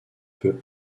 peut